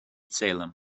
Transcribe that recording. salem